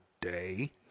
Day